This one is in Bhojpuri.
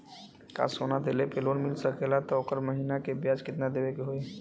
का सोना देले पे लोन मिल सकेला त ओकर महीना के ब्याज कितनादेवे के होई?